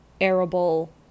arable